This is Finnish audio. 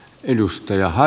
edustaja